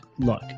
Look